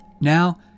Now